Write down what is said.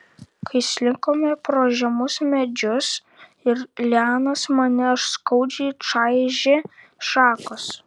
kai slinkome pro žemus medžius ir lianas mane skaudžiai čaižė šakos